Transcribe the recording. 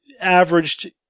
averaged